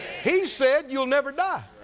he said you will never die.